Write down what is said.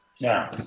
Now